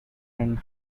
and